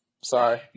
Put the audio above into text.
Sorry